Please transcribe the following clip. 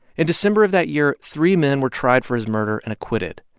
in december of that year, three men were tried for his murder and acquitted.